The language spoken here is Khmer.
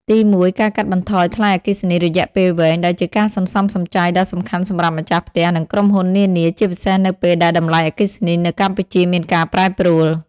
ទីមួយ ការកាត់បន្ថយថ្លៃអគ្គិសនីរយៈពេលវែង ដែលជាការសន្សំសំចៃដ៏សំខាន់សម្រាប់ម្ចាស់ផ្ទះ និងក្រុមហ៊ុននានា ជាពិសេសនៅពេលដែលតម្លៃអគ្គិសនីនៅកម្ពុជាមានការប្រែប្រួល។